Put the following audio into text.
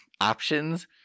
options